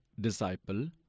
disciple